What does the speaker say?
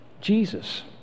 Jesus